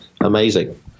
amazing